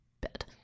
bed